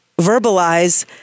verbalize